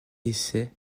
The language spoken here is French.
essai